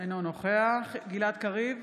אינו נוכח גלעד קריב,